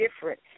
different